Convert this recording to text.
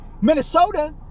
Minnesota